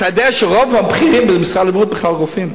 אתה יודע שרוב הבכירים במשרד הבריאות בכלל רופאים.